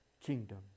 kingdom